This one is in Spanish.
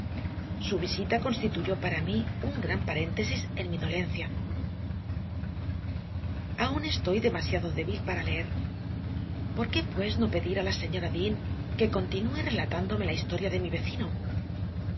su visita constituyó para mí un gran paréntesis en mi dolencia aún estoy demasiado débil para leer por qué pues no pedir a la señora dean que continúe relatándome la historia de mi vecino